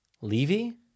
Levy